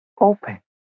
open